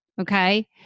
Okay